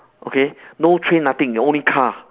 okay no train nothing you only car